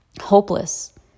hopeless